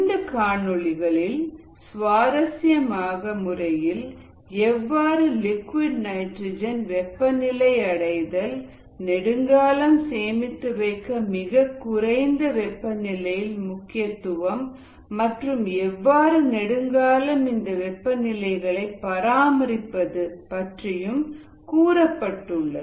இந்த காணொளிகளில் சுவாரஸ்யமான முறையில் எவ்வாறு லிக்விட் நைட்ரஜன் வெப்பநிலை அடைதல் நெடுங்காலம் சேமித்துவைக்க மிகக் குறைந்த வெப்பநிலையின் முக்கியத்துவம் மற்றும் எவ்வாறு நெடுங்காலம் இந்த வெப்பநிலைகளை பராமரிப்பது பற்றியும் கூறப்பட்டுள்ளது